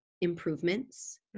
improvements